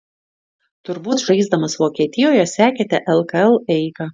turbūt žaisdamas vokietijoje sekėte lkl eigą